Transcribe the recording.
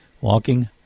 Walking